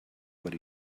what